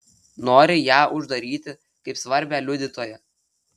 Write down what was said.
nori ją uždaryti kaip svarbią liudytoją